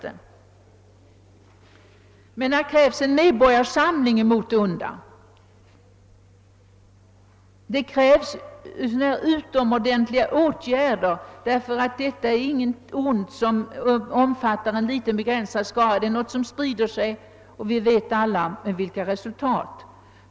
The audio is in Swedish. I skrivelsen krävs en medborgarsamling mot det onda. Det är inte fråga om någonting som bara drabbar en liten begränsad skara, utan det är någonting som sprider sig.